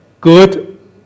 good